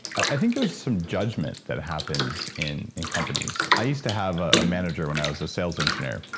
i think there was some judgment that happens in in companies. i used to have a manager when i was a sales engineer.